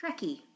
trekkie